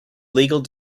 legal